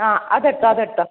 ആ അതെടുത്തോ അതെടുത്തോ